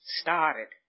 started